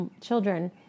children